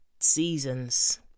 seasons